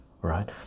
right